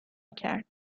کرد